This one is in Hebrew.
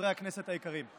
וחברי הכנסת היקרים,